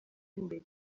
imbere